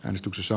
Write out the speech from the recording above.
äänestyksessä